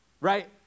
Right